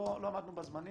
לא עמדנו בזמנים,